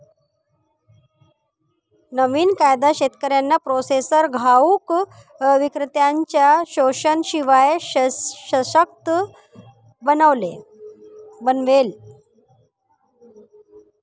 नवीन कायदा शेतकऱ्यांना प्रोसेसर घाऊक विक्रेत्त्यांनच्या शोषणाशिवाय सशक्त बनवेल